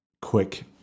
quick